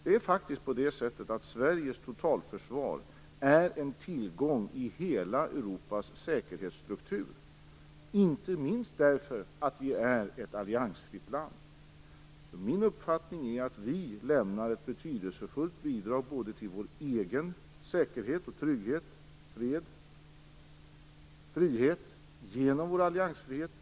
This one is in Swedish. Det är faktiskt så att Sveriges totalförsvar är en tillgång i hela Europas säkerhetsstruktur, inte minst därför att vi är ett alliansfritt land. Min uppfattning är att vi lämnar ett betydelsefullt bidrag till vår egen säkerhet, trygghet, fred och frihet genom vår alliansfrihet.